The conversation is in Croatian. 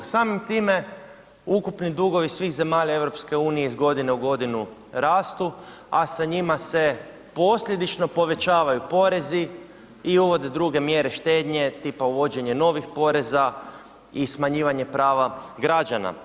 Samim time ukupni dugovi svih zemalja EU iz godine u godinu rastu, a sa njima se posljedično povećavaju porezi i uvode druge mjere štednje, tipa uvođenje novih poreza i smanjivanje prava građana.